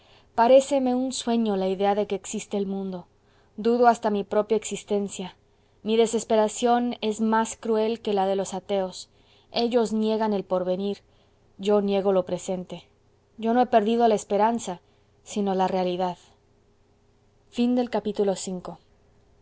negaciones paréceme un sueño la idea de que existe el mundo dudo hasta de mi propia existencia mi desesperación es más cruel que la de los ateos ellos niegan el porvenir yo niego lo presente yo no he perdido la esperanza sino la realidad vi